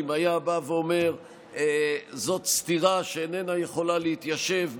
היה בא ואומר: זאת סתירה שאיננה יכולה להתיישב,